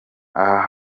aha